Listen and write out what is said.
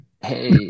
Hey